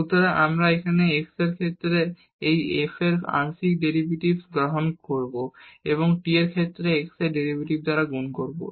সুতরাং আমরা এখানে x এর ক্ষেত্রে এই f এর আংশিক ডেরিভেটিভস গ্রহণ করব এবং t এর ক্ষেত্রে x এর ডেরিভেটিভ দ্বারা গুণ করব